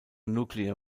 nuclear